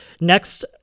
Next